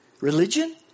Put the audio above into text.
Religion